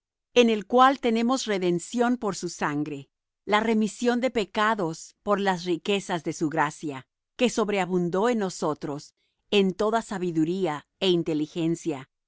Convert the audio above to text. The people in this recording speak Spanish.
en el cual tenemos redención por su sangre la remisión de pecados por las riquezas de su gracia que sobreabundó en nosotros en toda sabiduría é inteligencia